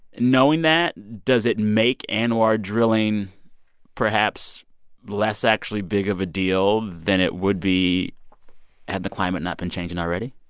knowing that, does it make anwr drilling perhaps less actually big of a deal than it would be had the climate not been changing already?